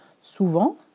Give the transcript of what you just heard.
souvent